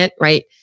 right